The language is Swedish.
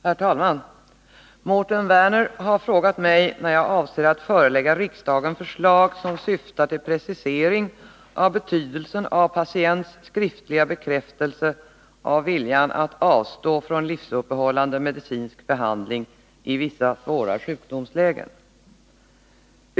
Herr talman! Mårten Werner har frågat mig när jag avser att förelägga riksdagen förslag som syftar till precisering av betydelsen av patients skriftliga bekräftelse av viljan att avstå från livsuppehållande medicinsk behandling i vissa svåra sjukdomslägen.